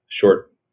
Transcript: short